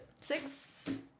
Six